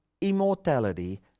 immortality